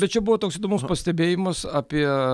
bet čia buvo toks įdomus pastebėjimas apie